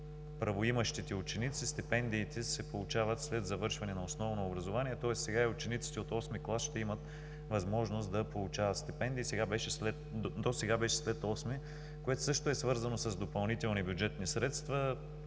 правоимащите ученици. Стипендиите се получават след завършване на основно образование, тоест сега и учениците от VIII клас ще имат възможност да получават стипендии. Досега беше след VIII клас, което също е свързано с допълнителни бюджетни средства.